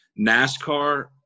NASCAR